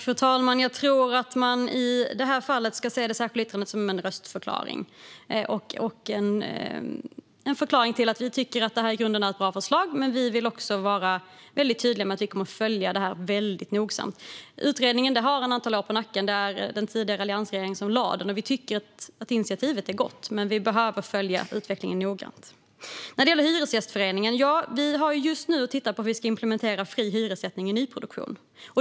Fru talman! Jag tror att man i det här fallet ska se det särskilda yttrandet som en röstförklaring: Vi tycker i grunden att det här är ett bra förslag, men vi vill också vara väldigt tydliga med att vi kommer att följa detta väldigt noga. Utredningen har ett antal år på nacken. Det var den tidigare alliansregeringen som lade fram den, och vi tycker att initiativet är gott. Vi behöver dock följa utvecklingen noggrant. När det gäller Hyresgästföreningen tittar vi just på hur vi ska implementera fri hyressättning i nyproduktion.